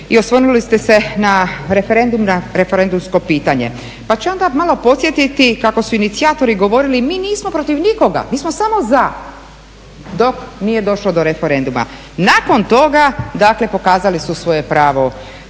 i osvrnuli ste se na referendum, na referendumsko pitanje, pa ću ja onda podsjetiti kako su inicijatori govorili mi nismo protiv nikoga mi smo za, dok nije došlo do referenduma. Nakon toga, dakle pokazali su svoje pravo